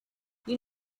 you